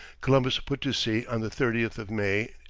columbus put to sea on the thirtieth of may,